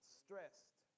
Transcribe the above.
stressed